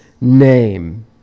name